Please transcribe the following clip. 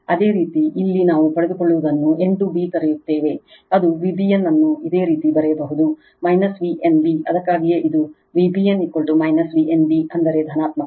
ಅದೇ ರೀತಿ ಇಲ್ಲಿ ನಾವು ಪಡೆದುಕೊಳ್ಳುವುದನ್ನು n ಟು b ಗೆ ಕರೆಯುತ್ತೇವೆ ಅದು Vbn ಅನ್ನು ಇದೇ ರೀತಿ ಬರೆಯಬಹುದು V n b ಅದಕ್ಕಾಗಿಯೇ ಇದು Vbn V n b ಅಂದರೆ ಧನಾತ್ಮಕ